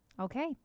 Okay